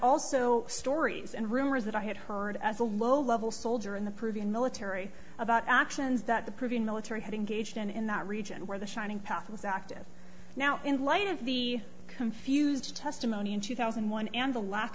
also stories and rumors that i had heard as a low level soldier in the peruvian military about actions that the privy military had engaged in in that region where the shining path was active now in light of the confused testimony in two thousand and one and the lack